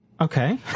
Okay